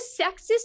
sexist